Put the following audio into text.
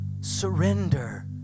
surrender